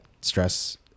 stress